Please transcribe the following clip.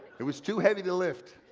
it was too heavy to lift,